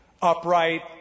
upright